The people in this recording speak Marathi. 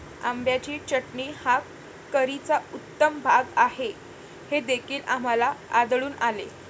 आंब्याची चटणी हा करीचा उत्तम भाग आहे हे देखील आम्हाला आढळून आले